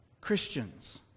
Christians